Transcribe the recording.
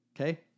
Okay